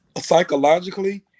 psychologically